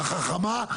החכמה,